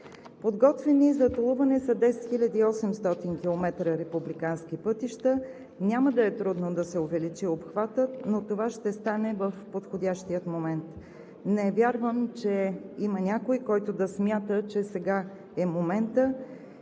Подготвени за толуване са 10 800 км републикански пътища. Няма да е трудно да се увеличи обхватът, но това ще стане в подходящия момент. Не вярвам, че има някой, който да смята, че сега е моментът